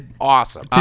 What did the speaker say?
awesome